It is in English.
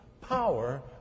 power